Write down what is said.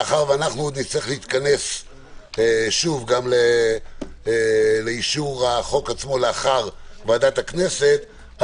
מאחר ונצטרך להתכנס שוב גם לאישור החוק עצמו לאחר הדיון בוועדת הכנסת,